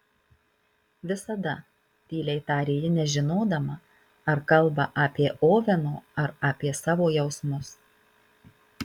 visada tyliai tarė ji nežinodama ar kalba apie oveno ar apie savo jausmus